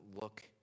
look